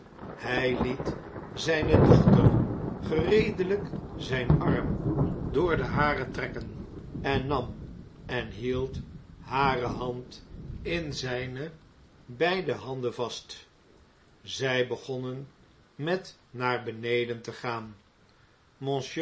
hij liet zgne dochter gereedelp zijn arm door den hare trekken en nam en hield hare hand in zgne beide handen vast zg begonnen met naar beneden te gaan